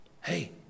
Hey